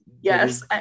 Yes